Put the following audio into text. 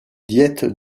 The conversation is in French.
diète